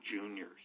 juniors